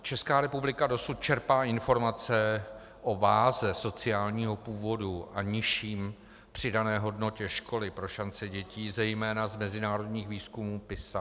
Česká republika dosud čerpá informace o váze sociálního původu a nižší přidané hodnotě školy pro šance dětí zejména z mezinárodních výzkumů PISA.